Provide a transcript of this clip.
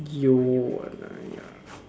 you